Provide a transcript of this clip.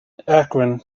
akron